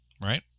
right